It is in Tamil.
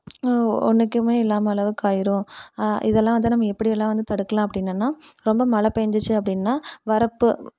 ஒன்றுக்குமே இல்லாமல் அளவுக்கு ஆயிடும் இதெல்லாம் வந்து நம்ம எப்படிலாம் வந்து தடுக்கலாம் அப்படி என்னென்னா ரொம்ப மழை பேஞ்சிச்சு அப்படின்னா வறப்பு